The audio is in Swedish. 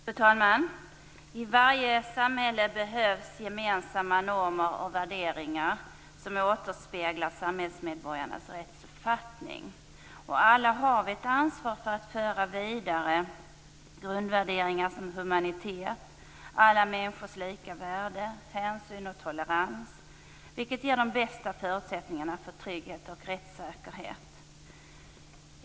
Fru talman! I varje samhälle behövs det gemensamma normer och värderingar som återspeglar samhällsmedborgarnas rättsuppfattning. Alla har vi ett ansvar för att föra vidare grundvärderingar som humanitet, alla människors lika värde, hänsyn och tolerans, vilket ger de bästa förutsättningarna för trygghet och rättssäkerhet.